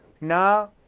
now